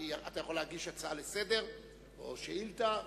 אתה יכול להגיש הצעה לסדר-היום או שאילתא,